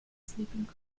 sleeping